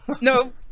No